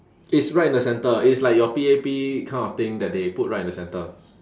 it's right in the centre it's like your P_A_P kind of thing that they put right in the centre